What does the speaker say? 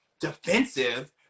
defensive